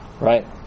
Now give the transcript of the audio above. Right